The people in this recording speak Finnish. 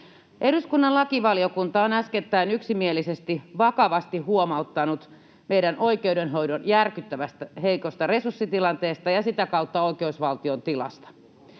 Eduskunnan lakivaliokunta on äskettäin yksimielisesti vakavasti huomauttanut meidän oikeudenhoidon järkyttävän heikosta resurssitilanteesta ja sitä kautta oikeusvaltion tilasta.